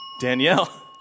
Danielle